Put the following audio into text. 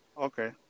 Okay